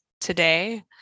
today